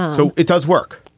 so it does work.